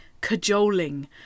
cajoling